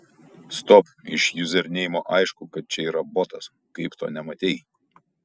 stop iš juzerneimo aišku kad čia yra botas kaip to nematei